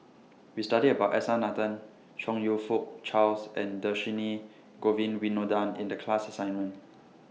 We studied about S R Nathan Chong YOU Fook Charles and Dhershini Govin Winodan in The class assignment